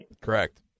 Correct